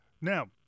Now